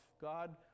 God